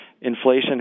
inflation